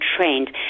trained